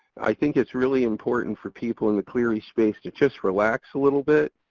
i think it's really important for people in the clery space to just relax a little bit.